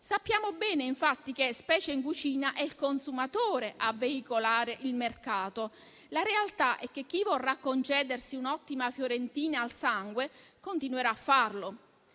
sappiamo bene, infatti, che specie in cucina è il consumatore a veicolare il mercato. La realtà è che chi vorrà concedersi un'ottima fiorentina al sangue continuerà a farlo,